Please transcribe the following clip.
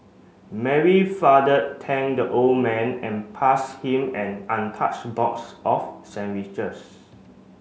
Mary father thanked the old man and pass him an untouched box of sandwiches